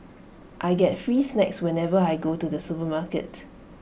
I get free snacks whenever I go to the supermarket